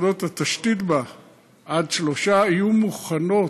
עבודות התשתית בה יהיו מוכנות.